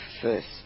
first